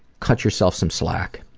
cut yourself some slack.